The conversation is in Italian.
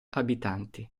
abitanti